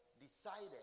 decided